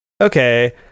okay